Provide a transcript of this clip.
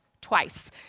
twice